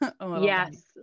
Yes